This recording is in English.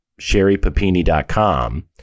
sherrypapini.com